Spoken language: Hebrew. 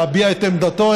להביע את עמדתו,